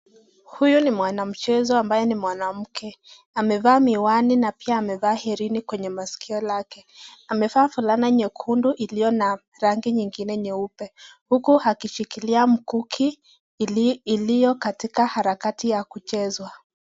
Huyu ni mwanamchezo ambaye ni mwanamke, amevaa miwani na pia amevaa herini kwenye masikio lake. Amevaa fulana nyekundu iliona rangi nyingine nyeupe uku akishikilia mkuki ilio katika harakati ya kuchezwa.